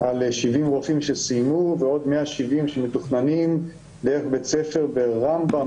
על 70 רופאים שסיימו ועוד 170 שמתוכננים דרך בית ספר ברמב"ם,